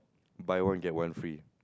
buy one get one free